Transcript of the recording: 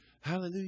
Hallelujah